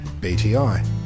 BTI